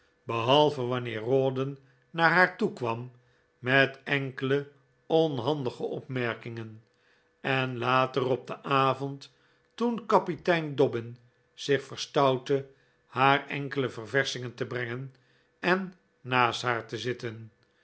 behalve wanneer rawdon naar haar toe kwam met enkele onhandige opmerkingen en later op den avond toen kapitein dobbin zich verstoutte haar enkele ververschingen te brengen en naast haar te zitten